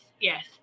Yes